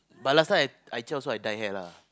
but last time I I also I dye hair lah